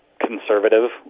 conservative